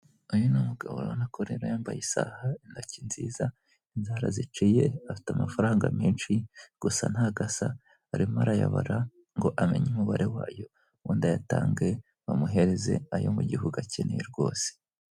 Uyu ni mugabo urabona ko yambaye isaha intoki nziza, inzara ziciye afite amafaranga menshi gusa ntago asa arimo arayabara ngo amenye umubare wayo, ubundi ayatange bamuhereze ayo mu gihugu akeneye rwose.